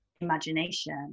imagination